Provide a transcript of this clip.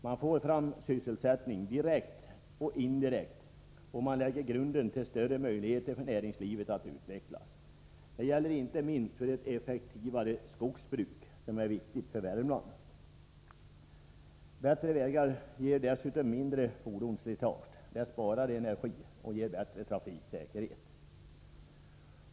Man får fram sysselsättning direkt och indirekt, och man ger näringslivet större möjligheter att utvecklas. Det gäller inte minst för ett effektivare skogsbruk, som är viktigt för Värmland. Bättre vägar ger dessutom mindre fordonsslitage, spar energi och ger bättre trafiksäkerhet.